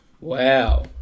Wow